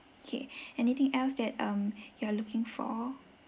okay anything else that um you are looking for